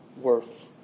worth